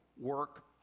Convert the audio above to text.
work